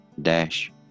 dash